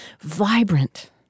vibrant